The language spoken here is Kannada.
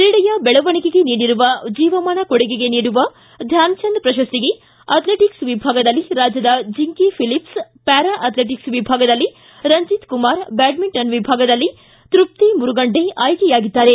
ಕ್ರೀಡೆಯ ಬೆಳವಣಿಗೆಗೆ ನೀಡಿರುವ ಜೀವಮಾನ ಕೊಡುಗೆಗೆ ನೀಡುವ ಧ್ವಾನಚಂದ್ ಪ್ರಕಸ್ತಿಗೆ ಅಥ್ಲೆಟಕ್ಸ್ ವಿಭಾಗದಲ್ಲಿ ರಾಜ್ಯದ ಜಿಂಕಿ ಫಿಲಿಪ್ಸ್ ಪ್ಯಾರಾ ಅಥ್ಲಟಕ್ಸ್ ವಿಭಾಗದಲ್ಲಿ ರಂಜಿತ್ಕುಮಾರ್ ಬ್ಯಾಡ್ಮಿಂಟನ್ ವಿಭಾಗದಲ್ಲಿ ತೃಪ್ತಿ ಮುರಗುಂಡೆ ಆಯ್ಕೆಯಾಗಿದ್ದಾರೆ